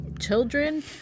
children